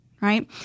right